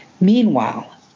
Meanwhile